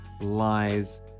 lies